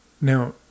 Now